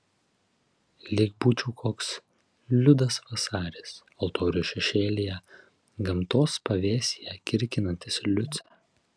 lyg būčiau koks liudas vasaris altorių šešėlyje gamtos pavėsyje kirkinantis liucę